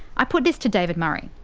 i put this to david murray.